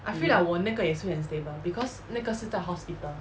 mm